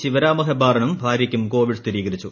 ശിവരാമ ഹെബ്ബാറിനും ഭാര്യയ്ക്കും കോവിഡ് സ്ഥിരീകരിച്ചു